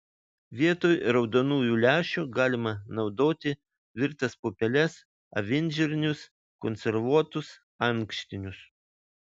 vietoj raudonųjų lęšių galima naudoti virtas pupeles avinžirnius konservuotus ankštinius